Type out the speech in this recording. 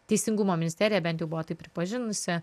teisingumo ministerija bent jau buvo tai pripažinusi